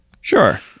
Sure